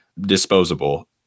disposable